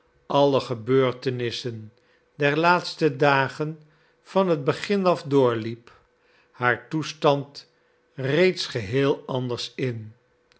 alle gebeurtenissen der laatste dagen van het begin af doorliep haar toestand reeds geheel anders in